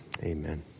amen